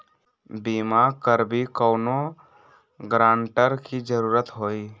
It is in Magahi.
बिमा करबी कैउनो गारंटर की जरूरत होई?